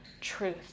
truth